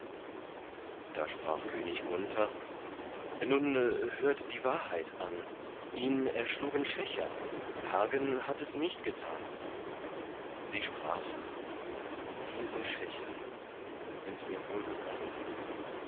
da sprach könig gunther nun hört die wahrheit an ihn erschlugen schächer hagen hat es nicht getan sie sprach diese schächer sind mir wohl bekannt